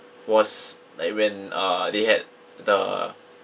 was like when uh they had the